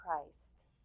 Christ